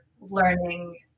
learning